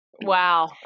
Wow